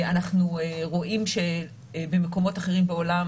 אנחנו רואים שבמקומות אחרים בעולם